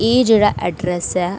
एह् जेहडा अडरेस ऐ